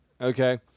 Okay